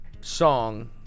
Song